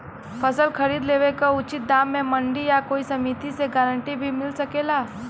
फसल खरीद लेवे क उचित दाम में मंडी या कोई समिति से गारंटी भी मिल सकेला?